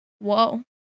Whoa